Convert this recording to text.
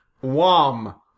WOM